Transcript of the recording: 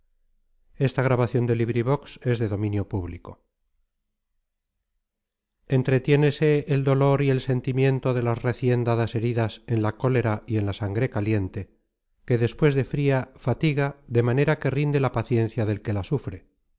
de rutilio entretiénese el dolor y el sentimiento de las recien dadas heridas en la cólera y en la sangre caliente que despues de content from google book search generated at fria fatiga de manera que rinde la paciencia del que la sufre